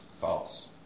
False